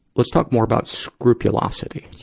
let's talk more about scrupulosity.